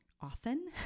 often